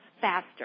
faster